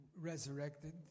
resurrected